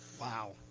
Wow